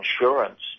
insurance